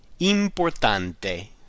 Importante